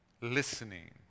listening